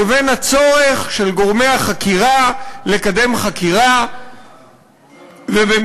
לבין הצורך של גורמי החקירה לקדם חקירה ובמידת